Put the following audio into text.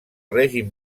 règim